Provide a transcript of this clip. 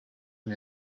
and